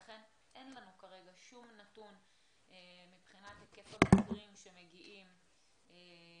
לכן אין לנו כרגע שום נתון מבחינת היקף המקרים שמגיעים ומשרד